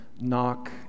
Knock